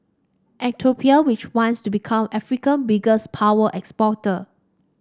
Ethiopia which wants to become Africa biggest power exporter